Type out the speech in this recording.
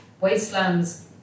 wastelands